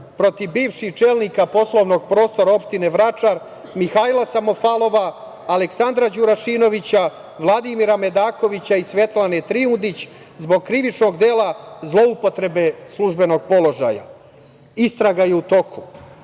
protiv bivših čelnika poslovnog prostora opštine Vračar, Mihajla Samofalova, Aleksandra Đurašinovića, Vladimira Medakovića i Svetlane Trijudić, zbog krivičnog dela zloupotrebe službenog položaja. Istraga je u